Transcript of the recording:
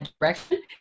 direction